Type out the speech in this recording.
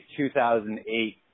2008